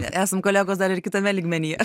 esam kolegos dar ir kitame lygmenyje